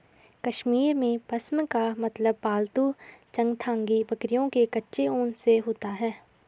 कश्मीर में, पश्म का मतलब पालतू चंगथांगी बकरियों के कच्चे ऊन से होता है